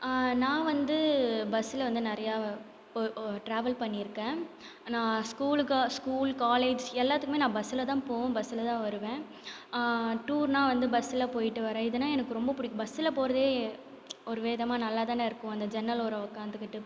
நான் வந்து பஸ்ஸில் வந்து நிறையா டிராவல் பண்ணியிருக்கேன் நான் ஸ்கூலுக்கு ஸ்கூல் காலேஜ் எல்லாத்துக்குமே நான் பஸ்ஸில் தான் போவேன் பஸ்ஸில் தான் வருவேன் டூர்னால் வந்து பஸ்ஸில் போயிட்டு வர இதன்னா எனக்கு ரொம்ப பிடிக்கும் பஸ்ஸில் போகிறதே ஒரு விதமாக நல்லா தானே இருக்கும் அந்த ஜன்னல் ஓரம் உட்காந்துக்கிட்டு